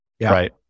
right